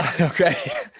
Okay